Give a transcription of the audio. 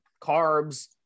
carbs